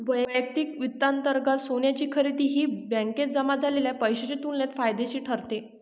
वैयक्तिक वित्तांतर्गत सोन्याची खरेदी ही बँकेत जमा झालेल्या पैशाच्या तुलनेत फायदेशीर ठरते